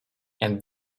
and